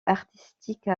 artistique